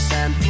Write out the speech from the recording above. San